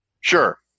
Sure